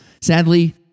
sadly